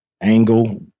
angle